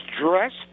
dressed